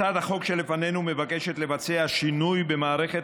הצעת החוק שלפנינו מבקשת לבצע שינוי במערכת